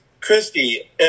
christy